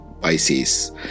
Pisces